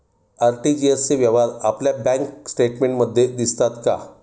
RTGS चे व्यवहार आपल्या बँक स्टेटमेंटमध्ये दिसतात का?